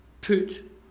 Put